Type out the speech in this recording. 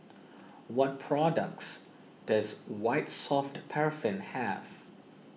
what products does White Soft Paraffin have